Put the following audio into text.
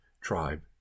tribe